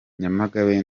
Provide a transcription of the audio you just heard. nyamagabe